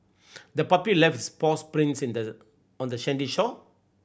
the puppy left its paws prints in the on the sandy shore